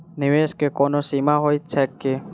निवेश केँ कोनो सीमा होइत छैक की?